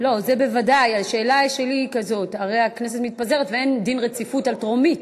זה עשרה חברי כנסת בעד, אין נמנעים.